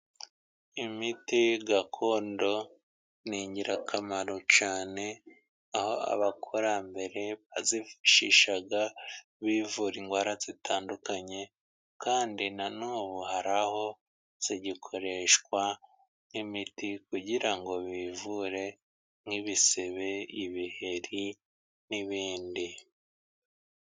Imiti gakondo ni ingirakamaro cyane, aho abakurambere bazifashishaga bivura indwara zitandukanye, kandi na n'ubu hari aho zigikoreshwa, nk'imiti kugira ngo bivure nk'ibisebe ibiheri n'ibindi.